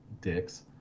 Dicks